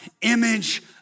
image